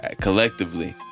Collectively